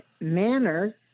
manner